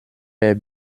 per